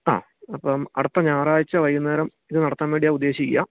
ആ അപ്പം അടുത്ത ഞായറാഴ്ച വൈകുന്നേരം ഇത് നടത്താൻ വേണ്ടിയാണ് ഉദ്ദേശിക്കുക